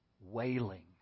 wailing